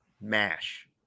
MASH